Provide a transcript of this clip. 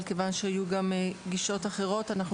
אבל כיוון שהיו גם גישות אחרות אנחנו